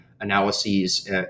Analyses